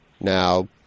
Now